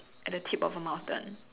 at the tip of the mountain